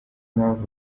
mpamvu